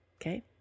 Okay